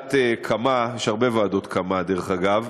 ועדת קמא, יש הרבה ועדות קמא, דרך אגב,